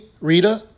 Rita